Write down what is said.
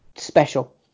special